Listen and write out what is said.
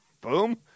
Boom